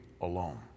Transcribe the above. alone